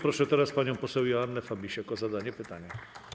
Proszę teraz panią poseł Joannę Fabisiak o zadanie pytania.